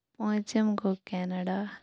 پونژِم گوٚو کینَڑا